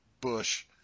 bush